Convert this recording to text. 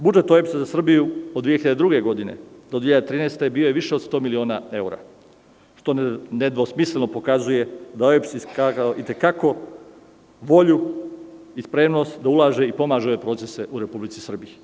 Budžet OEBS za Srbiju od 2002. godine do 2013. godine bio je više od 100 miliona evra, što nedvosmisleno pokazuje da OEBS ima itekako volju i spremnost da ulaže i pomaže procese u Republici Srbiji.